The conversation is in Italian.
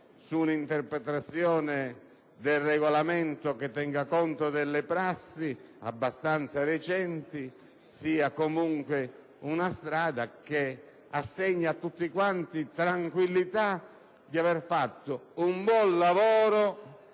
su un'interpretazione del Regolamento che tenga conto delle prassi abbastanza recenti sia comunque una strada che assegna a tutti quanti la tranquillità di aver fatto un buon lavoro